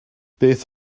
beth